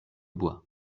bois